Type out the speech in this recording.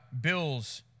bills